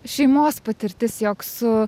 šeimos patirtis jog su